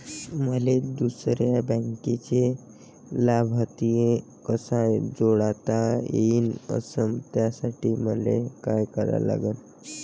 मले दुसऱ्या बँकेचा लाभार्थी कसा जोडता येईन, अस त्यासाठी मले का करा लागन?